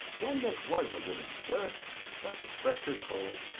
one that was a woman, sir but, rest her soul,